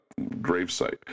gravesite